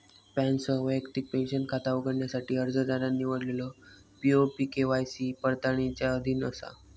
पॅनसह वैयक्तिक पेंशन खाता उघडण्यासाठी अर्जदारान निवडलेलो पी.ओ.पी के.वाय.सी पडताळणीच्या अधीन असा